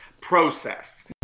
process